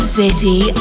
City